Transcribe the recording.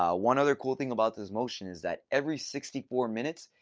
ah one other cool thing about this motion is that every sixty four minutes,